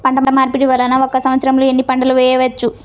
పంటమార్పిడి వలన ఒక్క సంవత్సరంలో ఎన్ని పంటలు వేయవచ్చు?